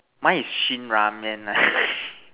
mine is Shin Ramen lah